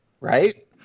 Right